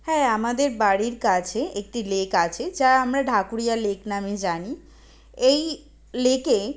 হ্যাঁ আমাদের বাড়ির কাছে একটি লেক আছে যা আমরা ঢাকুরিয়া লেক নামে জানি এই লেকে